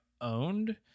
owned